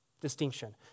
distinction